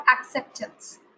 acceptance